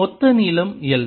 மொத்த நீளம் L